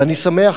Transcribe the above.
ואני שמח,